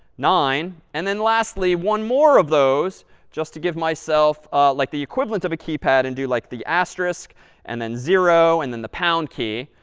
nine. and then lastly, one more of those just to give myself like the equivalent of a keypad and do like the asterisk and then zero and then the pound key.